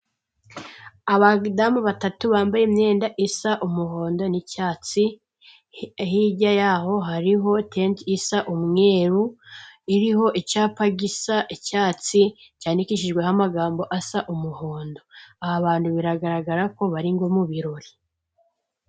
Abadamu batatu bambaye imyenda isa umuhondo n'icyatsi, hirya yaho hariho tenti isa umweru iriho icyapa gisa icyatsi, cyandikishijweho amagambo asa umuhondo, aba bantu biragaragara ko bari nko mu birori.